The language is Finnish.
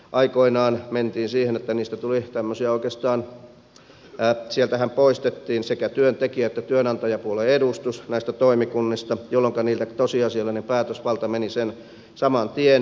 aikoinaan mentiin siihen että näistä toimikunnistahan poistettiin sekä työntekijä että työnantajapuolen edustus jolloinka niiltä tosiasiallinen päätösvalta meni sen saman tien